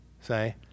Say